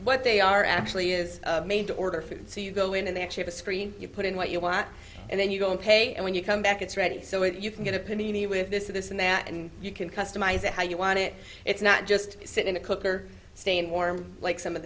what they are actually is made to order food so you go in and they actually screen you put in what you want and then you go and pay and when you come back it's ready so if you can get a penny with this this and that and you can customize it how you want it it's not just sit in a cooker staying warm like some of